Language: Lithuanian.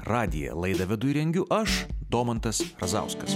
radiją laidą vedu ir rengiu aš domantas razauskas